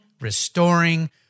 restoring